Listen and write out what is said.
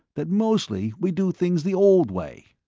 that mostly we do things the old way.